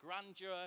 grandeur